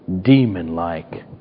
demon-like